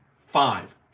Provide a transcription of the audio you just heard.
five